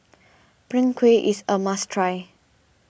Png Kueh is a must try